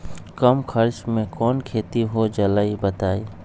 कम खर्च म कौन खेती हो जलई बताई?